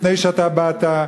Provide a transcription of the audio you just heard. לפני שאתה באת,